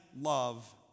love